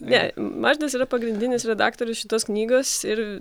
ne mažvydas yra pagrindinis redaktorius šitos knygos ir